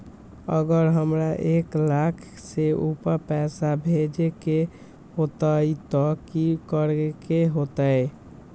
अगर हमरा एक लाख से ऊपर पैसा भेजे के होतई त की करेके होतय?